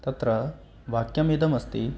तत्र वाक्यमिदमस्ति